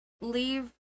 leave